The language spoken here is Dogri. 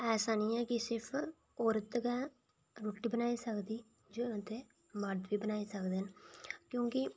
ऐसा निं ऐ की सिर्फ औरत गै रुट्टी बनाई सकदी इत्थै मर्द बी बनाई सकदे न क्योंकि